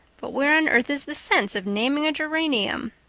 but where on earth is the sense of naming a geranium?